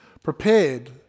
prepared